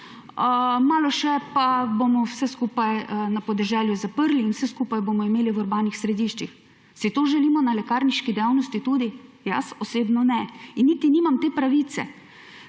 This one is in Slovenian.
malo še pa bomo vse skupaj na podeželju zaprli in vse skupaj bomo imeli v urbanih središčih. Si to želimo tudi na lekarniški dejavnosti? Jaz osebno ne in niti nimam te pravice,